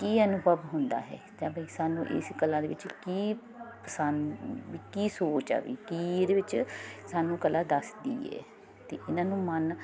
ਕੀ ਅਨੁਭਵ ਹੁੰਦਾ ਹੈ ਸਾਨੂੰ ਇਸ ਕਲਾ ਦੇ ਵਿੱਚ ਕੀ ਪਸੰਦ ਕੀ ਸੋਚ ਕੀ ਇਹਦੇ ਵਿੱਚ ਸਾਨੂੰ ਕਲਾ ਦੱਸਦੀ ਹੈ ਅਤੇ ਇਹਨਾਂ ਨੂੰ ਮਨ